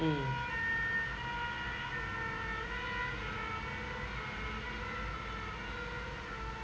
mm